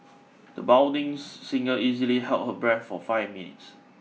the budding singer easily held her breath for five minutes